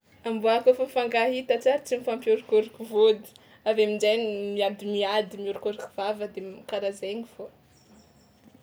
Amboa kaofa fankahita tsary tsy mifampiôrokôroko vôdy, avy amin-jaigny miadimiady miôrokôroko vava de m- karaha zaigny fao.